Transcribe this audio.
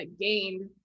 gained